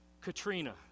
Katrina